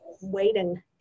waiting